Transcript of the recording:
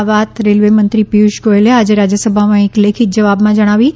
આ વાત રેલવેમંત્રી પિયુષ ગોયલે આજે રાજ્યસભામાં એક લેખિત જવાબમાં જણાવી છે